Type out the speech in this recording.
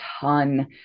ton